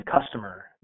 customer